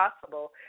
possible